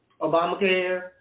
Obamacare